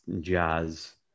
Jazz